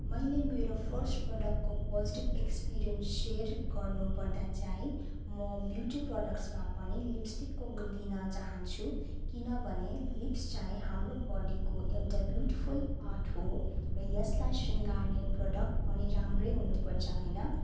मैले मेरो फर्स्ट प्रडक्टको पोजिटिभ एक्सपिरियन्स सेयर गर्नु पर्दा चाहिँ म ब्युटी प्रडक्ट्समा पनि लिप्सटिकको दिन चाहन्छु किनभने लिप्स चाहिँ हाम्रो बडिको एउटा ब्युटिफुल पार्ट हो र यसलाई सिँगार्ने प्रडक्ट पनि राम्रै हुनु पर्छ होइन